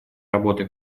работы